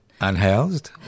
Unhoused